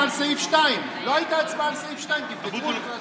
על סעיף 2. לא הייתה הצבעה על סעיף 2. תבדקו.